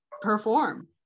perform